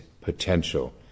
potential